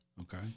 Okay